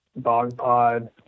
Bogpod